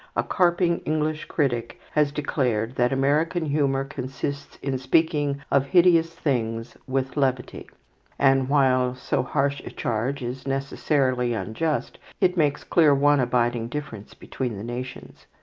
a carping english critic has declared that american humour consists in speaking of hideous things with levity and while so harsh a charge is necessarily unjust, it makes clear one abiding difference between the nations.